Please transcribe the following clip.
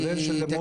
כולל של מוטי,